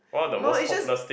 no it's just